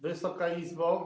Wysoka Izbo!